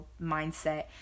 Mindset